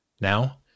Now